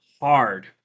hard